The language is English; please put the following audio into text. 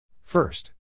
First